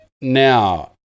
Now